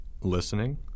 Listening